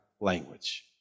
language